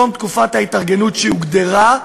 בתום תקופת ההתארגנות שהוגדרה,